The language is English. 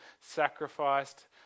sacrificed